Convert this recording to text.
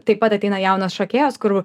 taip pat ateina jaunos šokėjos kur